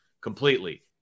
completely